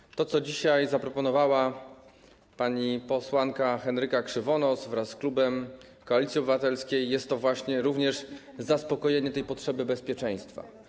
I to, co dzisiaj zaproponowała pani posłanka Henryka Krzywonos wraz z klubem Koalicji Obywatelskiej, jest to właśnie również zaspokojenie tej potrzeby bezpieczeństwa.